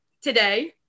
today